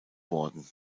worden